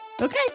Okay